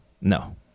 No